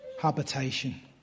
habitation